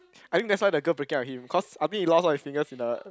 I mean that's why the girl breaking up with him cause I mean he lost all his fingers in the